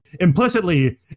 Implicitly